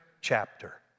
chapter